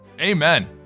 Amen